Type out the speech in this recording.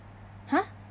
!huh!